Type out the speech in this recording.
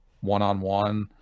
one-on-one